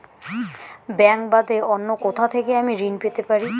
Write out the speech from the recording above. Bank বাদে অন্য কোথা থেকে আমি ঋন পেতে পারি?